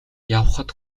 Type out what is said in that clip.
явахад